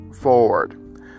forward